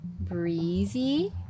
breezy